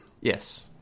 Yes